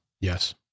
yes